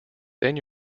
then